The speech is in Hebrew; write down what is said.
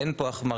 אין פה החמרה.